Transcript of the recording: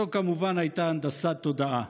זו כמובן הייתה הנדסת תודעה.